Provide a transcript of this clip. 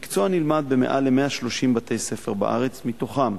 המקצוע נלמד ביותר מ-130 בתי-ספר בארץ, מתוכם